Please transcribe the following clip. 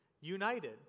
united